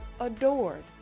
adored